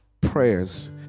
prayers